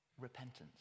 repentance